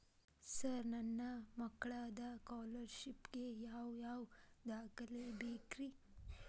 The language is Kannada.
ಸರ್ ನನ್ನ ಮಗ್ಳದ ಸ್ಕಾಲರ್ಷಿಪ್ ಗೇ ಯಾವ್ ಯಾವ ದಾಖಲೆ ಬೇಕ್ರಿ?